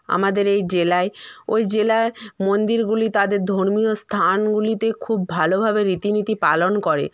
আমাদের এই জেলায় ওই জেলার মন্দিরগুলি তাদের ধর্মীয় স্থানগুলিতে খুব ভালোভাবে রীতিনীতি পালন করে